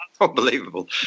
unbelievable